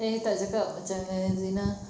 then you tak cakap macam dengan zina